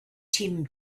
tim